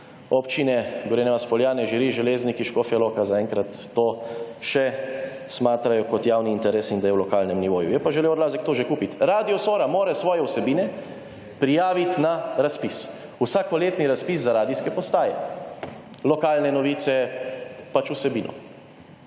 občine Gorenja vas – Poljane, Žiri, Železniki, Škofja Loka zaenkrat to še smatrajo kot javni interes in da je na lokalnem nivoju. Je pa želel Odlazek to že kupiti. Radio Sora mora svoje vsebine prijaviti na razpis, vsakoletni razpis za radijske postaje, lokalne novice, pač vsebino.